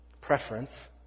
preference